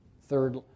Third